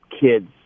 kids